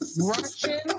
Russian